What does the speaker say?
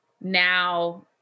Now